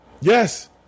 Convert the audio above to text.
Yes